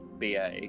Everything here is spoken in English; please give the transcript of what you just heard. ba